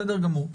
בסדר גמור.